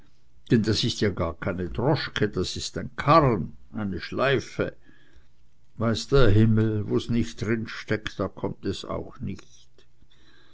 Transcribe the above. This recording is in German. denn das ist ja gar keine droschke das ist ein karren eine schleife weiß der himmel wo's nicht drin steckt da kommt es auch nicht